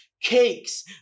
cakes